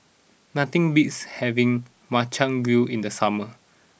nothing beats having Makchang Gui in the summer